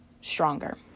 stronger